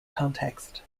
context